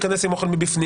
ייכנס עם אוכל מבפנים,